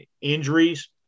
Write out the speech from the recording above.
injuries